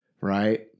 right